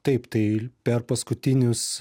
taip tai per paskutinius